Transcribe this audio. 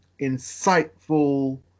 insightful